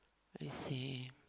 let's see